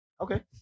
Okay